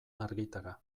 argitara